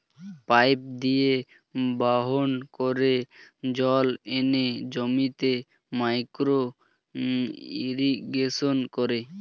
pipe দিয়ে বাহন করে জল এনে জমিতে মাইক্রো ইরিগেশন করে